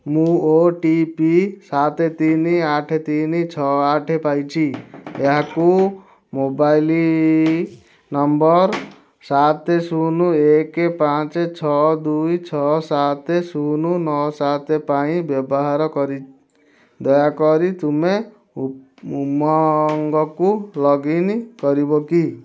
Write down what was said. ମୁଁ O T P ସାତ ତିନି ଆଠ ତିନି ଛଅ ଆଠ ପାଇଛି ଏହାକୁ ମୋବାଇଲ୍ ନମ୍ବର୍ ସାତ ଶୂନ ଏକ ପାଞ୍ଚ ଛଅ ଦୁଇ ଛଅ ସାତ ଶୂନ ନଅ ସାତ ପାଇଁ ବ୍ୟବହାର କରି ଦୟାକରି ତୁମେ ଉଁ ଉମଂଗକୁ ଲଗଇନ୍ କରିବ କି